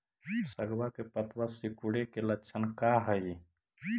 सगवा के पत्तवा सिकुड़े के लक्षण का हाई?